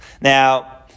Now